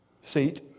seat